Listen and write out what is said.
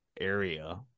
area